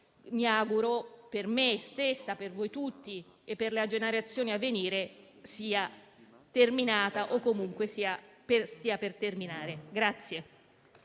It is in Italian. mi auguro, per me stessa, per voi tutti e per le generazioni a venire, sia terminata o comunque stia per terminare.